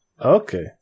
Okay